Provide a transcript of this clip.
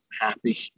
happy